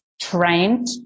trained